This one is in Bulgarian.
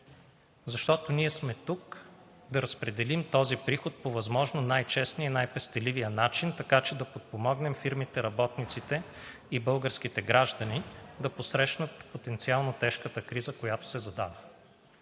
Защото ние сме тук да разпределим този приход по възможно най-честния и най-пестеливия начин, така че да подпомогнем фирмите, работниците и българските граждани да посрещнат потенциално тежката криза, която се задава.